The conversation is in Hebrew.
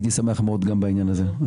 הייתי שמח מאוד גם בעניין הזה.